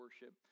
worship